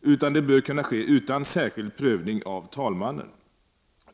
utan den bör kunna ske utan särskild prövning av talmannen.